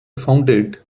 founded